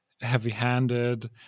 heavy-handed